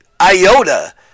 iota